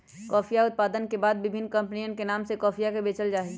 कॉफीया उत्पादन के बाद विभिन्न कमपनी के नाम से कॉफीया के बेचल जाहई